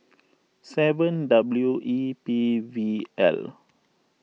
seven W E P V L